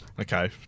Okay